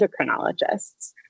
endocrinologists